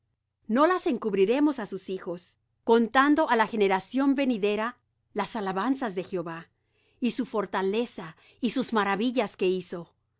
no las encubriremos á sus hijos contando á la generación venidera las alabanzas de jehová y su fortaleza y sus maravillas que hizo